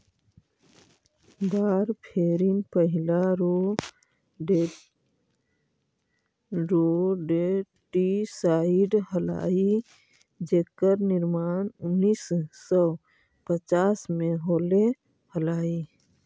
warfarin पहिला rodenticide हलाई जेकर निर्माण उन्नीस सौ पच्चास में होले हलाई